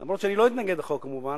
שאף שאני לא אתנגד לחוק כמובן,